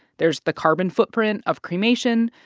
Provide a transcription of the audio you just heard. there's the carbon footprint of cremation,